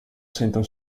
sentam